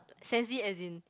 sensi as in